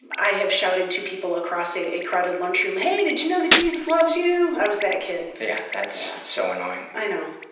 i have shouted to people across a crowded lunch room hey did you know that jesus loves you? i was that kid. yeah that's so annoying. i know.